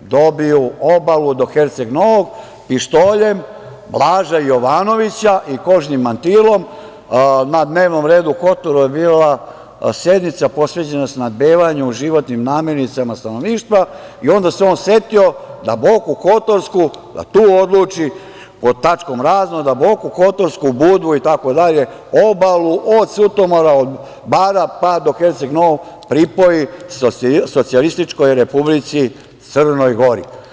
dobiju obalu do Herceg Novog, pištoljem Blaža Jovanovića i kožnim mantilom, na dnevnom redu u Kotoru je bila sednica posvećena snabdevanju životnim namirnicama stanovništva i onda se on setio da Boku Kotorsku, da tu odluči, pod tačkom razno, da Boku Kotorsku, Budvu itd, obalu od Sutomora-Bara, pa do Herceg Novog pripoji Socijalističkoj Republici Crnoj Gori.